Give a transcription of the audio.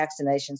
vaccinations